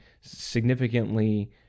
significantly